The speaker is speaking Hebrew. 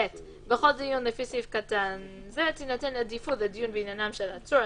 (ב)בכל דיון לפי סעיף קטן זה תינתן עדיפות לדיון בעניינם של עצור,